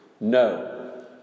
No